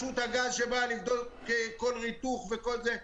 שתהיה ח"כ זקן כמוני.